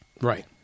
Right